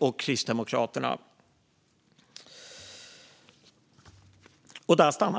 och Kristdemokraterna.